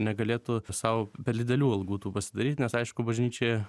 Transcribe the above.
negalėtų sau bet didelių algų tų pasidaryt nes aišku bažnyčioj